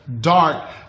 dark